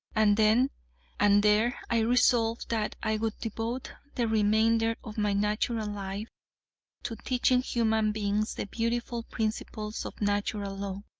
and then and there i resolved that i would devote the remainder of my natural life to teaching human beings the beautiful principles of natural law,